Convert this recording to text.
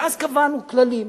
ואז קבענו כללים.